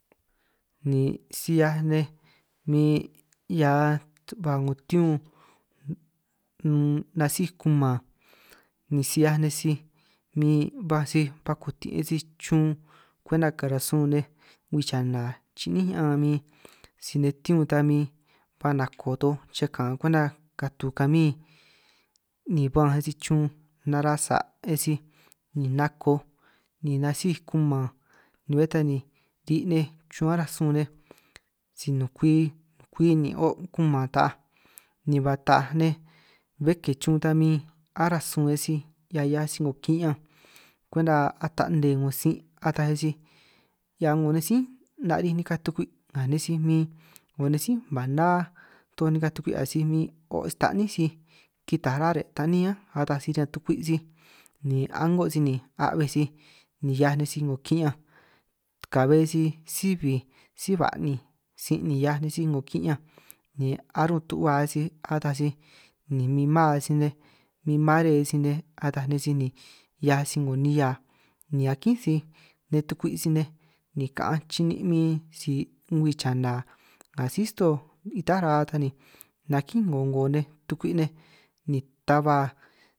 Ni si 'hiaj nej min 'hia ba 'ngo tiu unn nasíj kuman ni si 'hiaj nej sij min baj si ba kutin' sij chun, kwenta karan sun nej ngwii chana chi'nín ñaan min, si nej tiu ta ba nako toj chej kaan kwenta katu kami, ba'anj nej sij chun ni nara' sa' nej sij ni nakoj ni nasíj kuman ni bé ta ni, ri' nej chun aráj sun nej si nukwi nukwi nin' o' kuman taaj, ni ba taaj nej bé ke chun ta arán suj nej sij nga 'hiaj nej 'ngo ki'ñanj kwenta ata nne 'ngo sin' ataj, nej sij hia 'ngo nej sí nari' nikaj tukwi nga nej sij huin 'ngo nej sí man ná toj nikaj tukwi nga nej sij min o' sij tanín sij, kitaj ra'á re' tanín ánj ataj sij riñan tukwi' sij ni a'ngo si ni a'bbe sij ni 'hiaj nej sij 'ngo ki'ñanj, ka'bbe si síj bij síj ba'ninj sin' ni 'hiaj nej sij 'ngo ki'ñanj arun tu'ba sij ataj si ni min man sij nej min mare sij nej ataj nej si ni, 'hiaj si 'ngo nihia ni akín sij nej tukwi sij nej ni ka'anj chinin' min si ngwii chana, nga sí stoo ita ra'a ta ni nakín 'ngo 'ngo nej tukwi' nej ni ta ba.